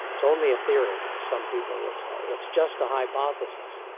it's only a theory, some people will say. it's just a hypothesis.